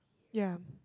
ya